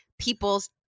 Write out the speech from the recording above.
people's